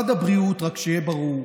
רק שיהיה ברור,